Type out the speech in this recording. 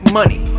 money